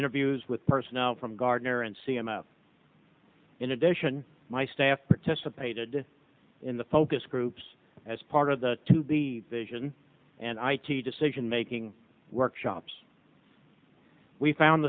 interviews with personnel from gardiner and c m s in addition my staff participated in the focus groups as part of the to the vision and i t decision making workshops we found